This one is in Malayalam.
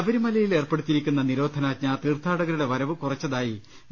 ശബരിമലയിൽ ഏർപ്പെടുത്തിയിരിക്കുന്ന നിരോധനാജ്ഞ തീർഥാടകരുടെ വരവ് കുറച്ചതായി വി